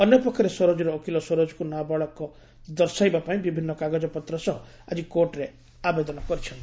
ଅନ୍ୟପକ୍ଷରେସରୋଜର ଓକିଲ ସରୋଜକୁ ନାବାଳକ ଦର୍ଶାଇ ପାଇଁ ବିଭିନ୍ନ କାଗଜପତ୍ର ସହ ଆଜି କୋର୍ଟରେ ଆବେଦନ କରିଛନ୍ତି